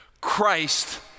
Christ